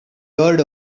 heard